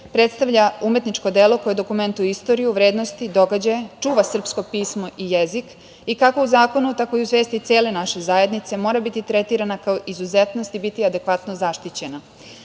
predstavlja umetničko delo koje dokumentuje istoriju, vrednosti, događaje, čuva srpsko pismo i jezik i kako u zakonu tako i u svesti cele naše zajednice mora biti tretirana kao izuzetnost i biti adekvatno zaštićena. Donošenje